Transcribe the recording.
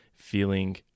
feeling